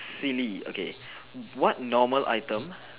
silly okay what normal item